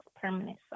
Permanent